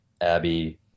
Abby